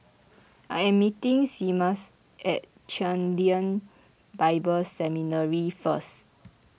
I am meeting Seamus at Chen Lien Bible Seminary first